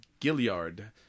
Gilliard